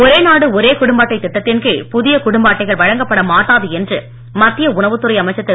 ஓரே நாடு ஓரே குடும்ப அட்டை திட்டத்தின் கீழ் புதிய குடும்ப அட்டைகள் வழங்கப்பட மாட்டாது என்று மத்திய உணவுத் துறை அமைச்சர் திரு